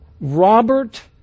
Robert